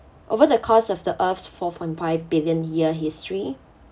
over the course of the earth's four point five billion year history